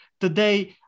today